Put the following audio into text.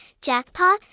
jackpot